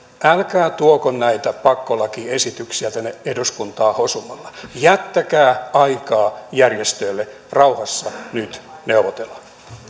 älkää tuoko näitä pakkolakiesityksiä tänne eduskuntaan hosumalla jättäkää aikaa järjestöille rauhassa nyt neuvotella